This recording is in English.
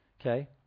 Okay